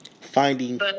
finding